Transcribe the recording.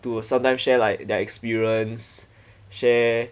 to sometimes share like their experience share